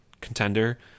contender